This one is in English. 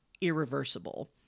Irreversible